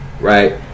right